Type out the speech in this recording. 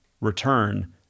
return